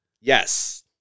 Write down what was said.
Yes